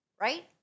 right